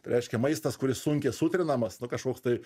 tai reiškia maistas kuris sunkiai sutrinamas nu kažkoks tai